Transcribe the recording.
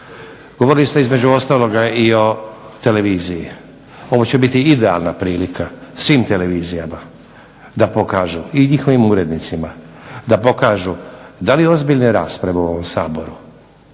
Govorili ste između ostaloga i o televiziji. Ovo će biti idealna prilika svim televizijama da pokaže i njihovim urednicima da pokažu da li ozbiljne rasprave u ovom Saboru